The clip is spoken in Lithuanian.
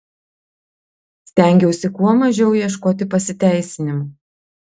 stengiausi kuo mažiau ieškoti pasiteisinimų